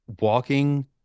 walking